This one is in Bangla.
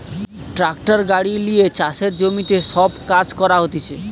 ট্রাক্টার গাড়ি লিয়ে চাষের জমিতে সব কাজ করা হতিছে